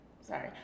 sorry